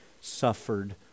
suffered